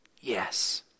yes